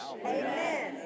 Amen